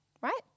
Right